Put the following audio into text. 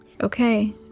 okay